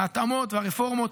ההתאמות והרפורמות,